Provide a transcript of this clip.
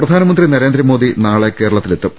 ് പ്രധാനമന്ത്രി നരേന്ദ്രമോദി നാളെ കേരളത്തിൽ എത്തും